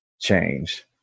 change